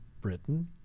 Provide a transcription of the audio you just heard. Britain